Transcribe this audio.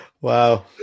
Wow